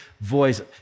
voice